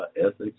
ethics